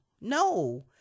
no